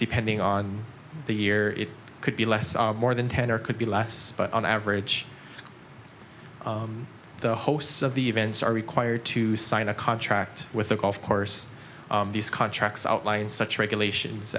depending on the year it could be less of more than ten or could be less but on average the hosts of the events are required to sign a contract with the golf course these contracts outline such regulations